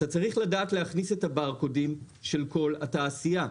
אתה צריך לדעת להכניס את הברקודים של כל התעשייה.